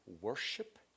worship